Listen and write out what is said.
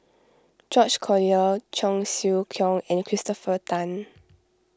George Collyer Cheong Siew Keong and Christopher Tan